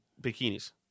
bikinis